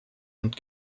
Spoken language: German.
hand